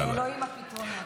לאלוהים הפתרונות.